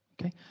Okay